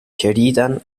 sheridan